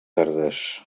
tardes